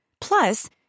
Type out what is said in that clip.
Plus